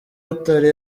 butare